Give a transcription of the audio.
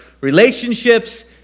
relationships